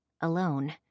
alone